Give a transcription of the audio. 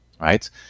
right